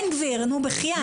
בן גביר, נו, בחיאת.